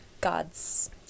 God's